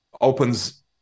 opens